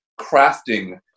crafting